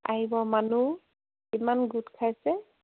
আহিব মানুহ কিমান গোট খাইছে